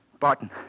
Barton